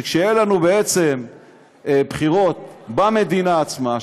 שכשיהיו לנו בחירות במדינה עצמה,